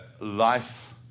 life